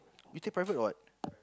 you take private or what